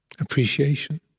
appreciation